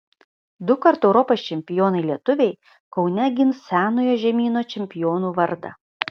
dukart europos čempionai lietuviai kaune gins senojo žemyno čempionų vardą